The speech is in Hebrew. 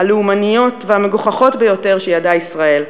הלאומניות והמגוחכות ביותר שידעה ישראל.